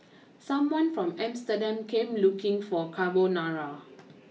someone from Amsterdam came looking for Carbonara